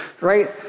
right